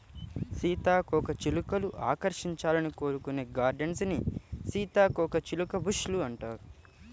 సీతాకోకచిలుకలు ఆకర్షించాలని కోరుకునే గార్డెన్స్ ని సీతాకోకచిలుక బుష్ లు అంటారు